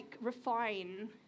refine